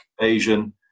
Asian